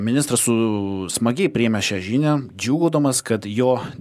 ministras su smagiai priėmė šią žinią džiūgaudamas kad jo